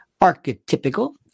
archetypical